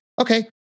okay